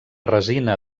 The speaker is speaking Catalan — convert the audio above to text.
resina